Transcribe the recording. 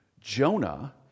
Jonah